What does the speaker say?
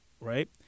Right